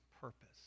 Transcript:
purpose